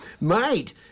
Mate